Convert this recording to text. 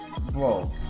Bro